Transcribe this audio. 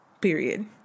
Period